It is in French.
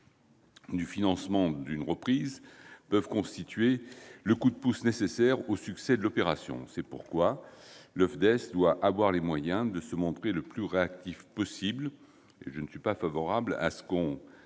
du financement de la reprise, peuvent constituer le « coup de pouce » nécessaire au succès de l'opération. C'est pourquoi le FDES doit avoir les moyens de se montrer le plus réactif possible. À cet égard, je ne suis pas favorable à ce que